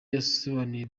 yasobanuye